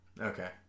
Okay